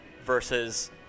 versus